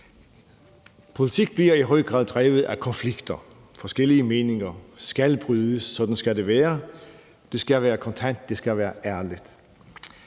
Politik bliver i høj grad drevet af konflikter. Forskellige meninger skal brydes, og sådan skal det være. Det skal være kontant, og det skal være ærligt.